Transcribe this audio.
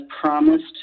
promised